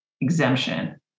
exemption